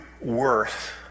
worth